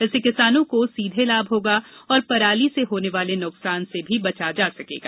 इससे किसानों को सीधे लाभ होगा और पराली से होने वाले नुकसान से भी बचा जा सकेगा